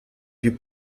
più